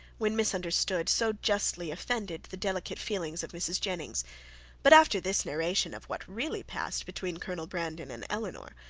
when misunderstood, so justly offended the delicate feelings of mrs. jennings but after this narration of what really passed between colonel brandon and elinor,